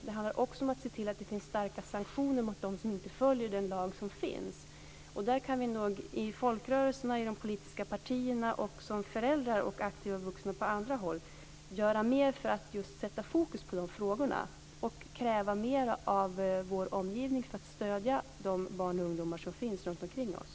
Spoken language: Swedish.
Det handlar också om att se till att det finns starka sanktioner mot dem som inte följer den lag som finns. Där kan vi i folkrörelserna, i de politiska partierna och som föräldrar och aktiva vuxna på andra håll göra mer för att just sätta fokus på de frågorna och kräva mer av vår omgivning för att stödja de barn och ungdomar som finns runtomkring oss.